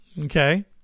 okay